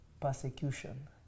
persecution